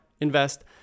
invest